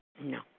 No